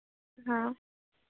हाँ